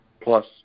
plus